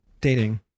Dating